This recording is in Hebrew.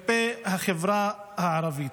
בעיקר כלפי החברה הערבית.